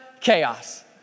chaos